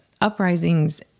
uprisings